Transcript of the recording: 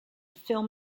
film